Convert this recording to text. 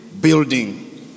building